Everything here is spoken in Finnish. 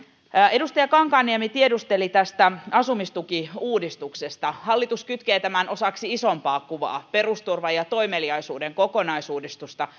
edustaja kankaanniemi tiedusteli tästä asumistukiuudistuksesta hallitus kytkee tämän osaksi isompaa kuvaa perusturvan ja toimeliaisuuden kokonaisuudistusta